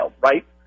right